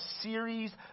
series